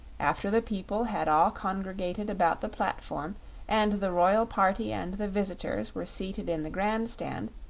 after the people had all congregated about the platform and the royal party and the visitors were seated in the grandstand,